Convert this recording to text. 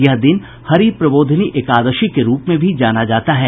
यह दिन हरि प्रबोधिनी एकादशी के रूप में भी जाना जाता है